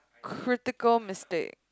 critical mistake